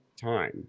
time